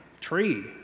tree